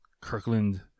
Kirkland